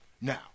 Now